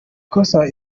kosa